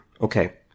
okay